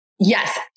Yes